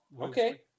Okay